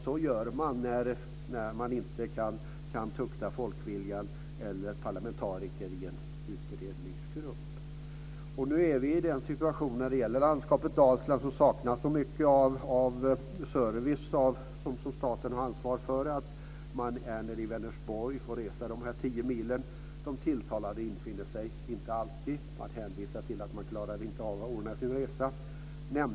Så gör man när man inte kan tukta folkviljan eller parlamentariker i en utredningsgrupp. När det gäller landskapet Dalsland saknas mycket av den service som staten ansvarar för. När det gäller Vänersborg får man resa de tio milen. De tilltalade infinner sig inte alltid. De hänvisar till att det inte klarar att ordna sin resa.